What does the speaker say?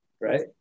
right